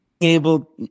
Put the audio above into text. able